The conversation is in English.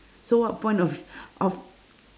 so what point of of